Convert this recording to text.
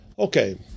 Okay